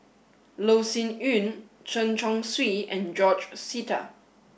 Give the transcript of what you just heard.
Loh Sin Yun Chen Chong Swee and George Sita